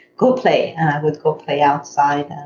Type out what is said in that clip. go play. and i would go play outside. and